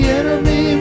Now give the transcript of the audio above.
enemy